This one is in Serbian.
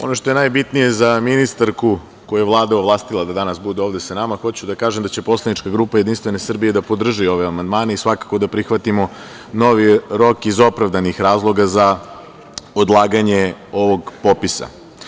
Ono što je najbitnije za ministarku koju je Vlada ovlastila da danas bude ovde sa nama, hoću da kažem da će poslanička grupa JS da podrži ovaj amandmane i svakako da prihvatimo novi rok iz opravdanih razloga za odlaganje ovog popisa.